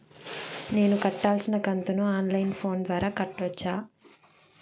నేను కట్టాల్సిన కంతును ఆన్ లైను ఫోను ద్వారా కట్టొచ్చా?